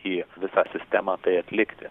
į visą sistemą tai atlikti